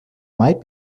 might